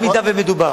כבוד השר,